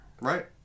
Right